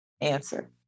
Answer